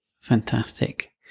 Fantastic